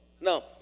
Now